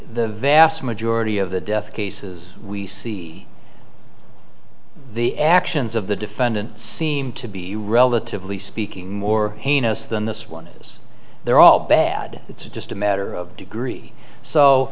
the vast majority of the death cases we see the actions of the defendant seem to be relatively speaking more heinous than this one is they're all bad it's just a matter of degree so